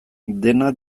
dena